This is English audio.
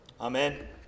Amen